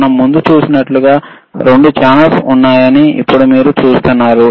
మనం ముందు చూసినట్లుగా 2 ఛానెల్స్ ఉన్నాయని ఇప్పుడు మీరు చూస్తున్నారు